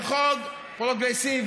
זה חוק פרוגרסיבי.